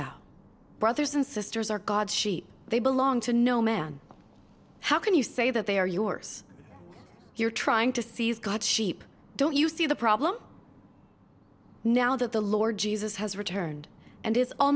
out brothers and sisters are god's sheep they belong to no man how can you say that they are yours you're trying to seize god sheep don't you see the problem now that the lord jesus has returned and is al